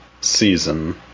season